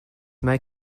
may